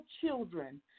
children